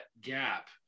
gap